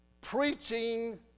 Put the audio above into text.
preaching